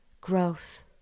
growth